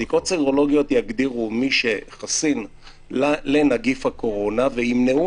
בדיקות סרולוגיות יגדירו מי שחסין לנגיף הקורונה וימנעו